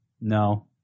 no